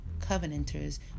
covenanters